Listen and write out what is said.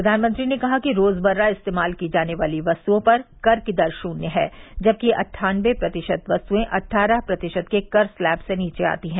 प्रधानमंत्री ने कहा कि रोजमर्रा इस्तेमाल की जाने वाली वस्तुओं पर कर की दर शून्य है जबकि अन्ठानबे प्रतिशत वस्तुएं अट्ठारह प्रतिशत के कर स्लैब से नीचे आती हैं